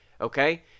okay